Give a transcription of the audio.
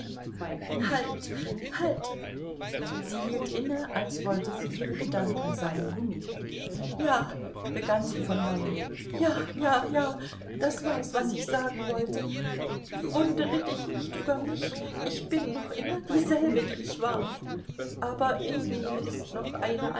halt halt sie hielt inne als wollte sie ihre gedanken sammeln ja begann sie von neuem ja ja ja das war's was ich sagen wollte wundere dich nicht über mich ich bin noch immer dieselbe die ich war aber in mir ist noch eine